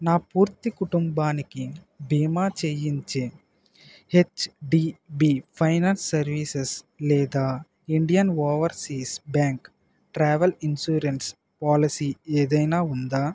నా పూర్తి కుటుంబానికి బీమా చెయ్యించే హెచ్డిబి ఫైనాన్స్ సర్వీసెస్ లేదా Indian overseas bank travel insurance policy ఏదైనా ఉందా